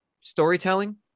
storytelling